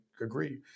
agree